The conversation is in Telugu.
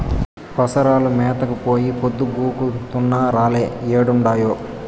పసరాలు మేతకు పోయి పొద్దు గుంకుతున్నా రాలే ఏడుండాయో